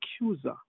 accuser